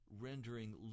rendering